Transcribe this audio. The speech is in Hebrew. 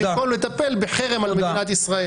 במקום לטפל בחרם על מדינת ישראל.